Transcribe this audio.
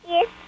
Yes